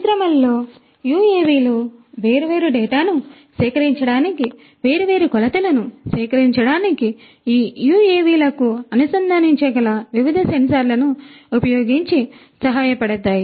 పరిశ్రమలలో UAV లు వేర్వేరు డేటాను సేకరించడానికి వేర్వేరు కొలతలను సేకరించడానికి ఈ UAV లకు అనుసంధానించగల వివిధ సెన్సార్లను ఉపయోగించి సహాయపడతాయి